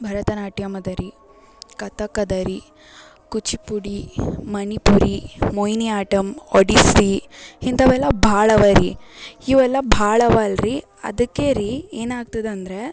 ಭರತನಾಟ್ಯಮ್ ಅದೆ ರೀ ಕಥಕ್ ಅದ ರೀ ಕೂಚುಪುಡಿ ಮಣಿಪುರಿ ಮೋಹಿನಿ ಆಟಂ ಒಡಿಸ್ಸಿ ಇಂಥವೆಲ್ಲ ಭಾಳ ಅವೇರಿ ಇವೆಲ್ಲ ಭಾಳ ಅವಲ್ಲ ರೀ ಅದಕ್ಕೆ ರೀ ಏನಾಗ್ತದೆ ಅಂದರೆ